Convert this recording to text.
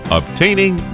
obtaining